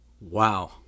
Wow